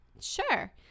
Sure